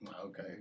Okay